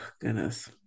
goodness